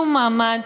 שום מעמד,